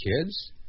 kids